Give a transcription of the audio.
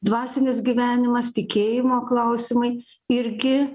dvasinis gyvenimas tikėjimo klausimai irgi